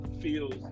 feels